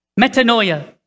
metanoia